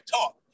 talk